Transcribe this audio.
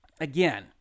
again